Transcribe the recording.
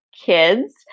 kids